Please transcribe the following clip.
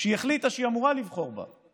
שהיא החליטה שהיא אמורה לבחור בה: